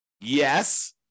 Yes